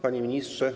Panie Ministrze!